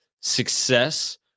success